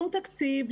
שום תקציב,